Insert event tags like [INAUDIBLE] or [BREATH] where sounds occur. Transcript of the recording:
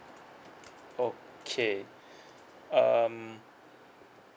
okay [BREATH] um